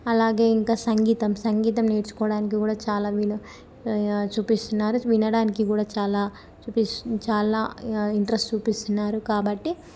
అలాగే ఇంకా సంగీతం సంగీతం నేర్చుకోవడానికి కూడా చాలా వినో చూపిస్తున్నారు వినడానికి కూడా చాలా చూపిస్తు చాలా ఇగ ఇంట్రెస్ట్ చూపిస్తున్నారు కాబట్టి